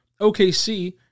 OKC